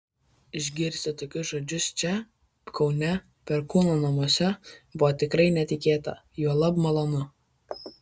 išgirsti tokius žodžius čia kaune perkūno namuose buvo tikrai netikėta juolab malonu